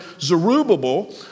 Zerubbabel